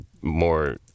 more